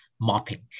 mopping